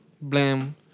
blam